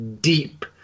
deep